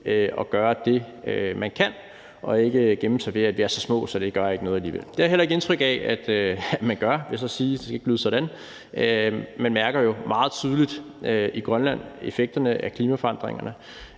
og gøre det, man kan, og ikke gemme sig ved at sige, at man er så små, at det ikke gør noget alligevel. Det har jeg heller ikke indtryk af at man gør. Det skal ikke lyde sådan. Man mærker jo meget tydeligt i Grønland effekterne af klimaforandringerne.